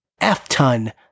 F-ton